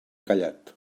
callat